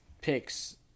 picks